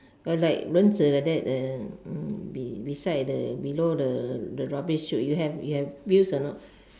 got like 轮子 like that the be~ beside the below the the rubbish chute you have you have wheels or not